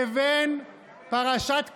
לבין פרשת קורח,